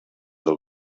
del